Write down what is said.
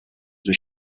were